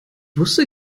wusste